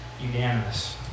unanimous